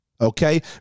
Okay